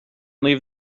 leave